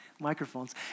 microphones